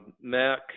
Mac